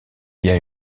via